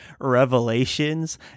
revelations